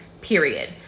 period